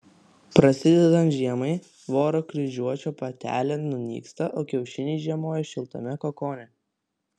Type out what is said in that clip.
prasidedant žiemai voro kryžiuočio patelė nunyksta o kiaušiniai žiemoja šiltame kokone